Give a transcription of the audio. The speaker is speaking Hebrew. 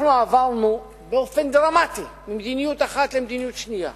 אנחנו עברנו באופן דרמטי ממדיניות אחת למדיניות שנייה,